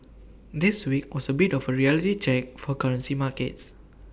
this week was A bit of A reality check for currency markets